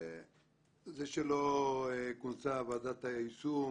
זה שלא כונסה ועדת היישום